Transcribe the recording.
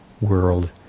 world